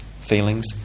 feelings